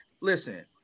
listen